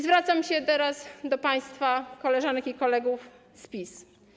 Zwracam się teraz do państwa, koleżanek i kolegów z PiS.